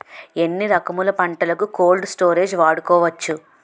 ఎన్ని రకములు పంటలకు కోల్డ్ స్టోరేజ్ వాడుకోవచ్చు?